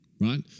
right